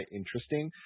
interesting